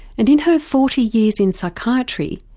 and in her forty years in psychiatry,